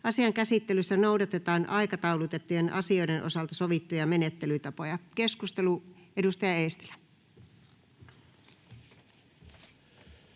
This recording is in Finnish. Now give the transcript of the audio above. Asian käsittelyssä noudatetaan aikataulutettujen asioiden osalta sovittuja menettelytapoja. — Edustaja Eestilä.